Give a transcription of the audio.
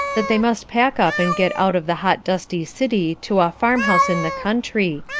that they must pack up and get out of the hot dusty city to a farmhouse in the country,